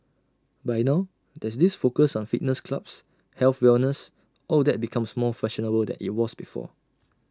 but now there's this focus on fitness clubs health wellness all that becomes more fashionable than IT was before